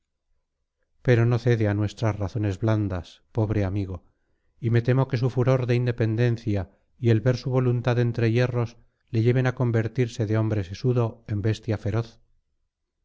pero no cede a nuestras razones blandas pobre amigo y me temo que su furor de independencia y el ver su voluntad entre hierros le lleven a convertirse de hombre sesudo en bestia feroz